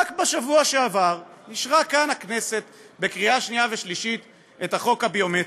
רק בשבוע שעבר אישרה כאן הכנסת בקריאה שנייה ושלישית את החוק הביומטרי,